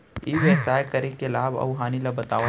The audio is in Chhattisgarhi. ई व्यवसाय करे के लाभ अऊ हानि ला बतावव?